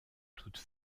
toute